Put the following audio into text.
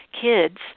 kids